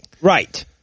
Right